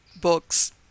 books